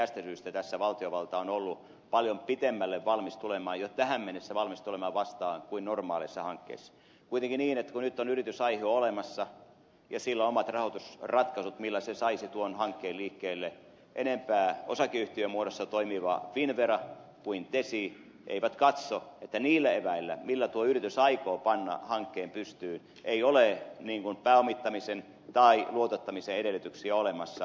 tästä syystä valtiovalta on ollut paljon pitemmälle valmis tulemaan jo tähän mennessä ollut tässä valmis tulemaan vastaan paljon pitemmälle kuin normaaleissa hankkeissa kuitenkin niin että kun nyt on yritysaihio olemassa ja sillä omat rahoitusratkaisunsa millä se saisi tuon hankkeen liikkeelle enempää osakeyhtiömuodossa toimiva finnvera kuin tesi eivät katso että niillä eväillä millä tuo yritys aikoo panna hankkeen pystyyn on pääomittamisen tai luotottamisen edellytyksiä olemassa